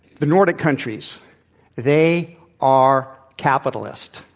the nordic countries they are capitalist.